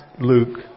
Luke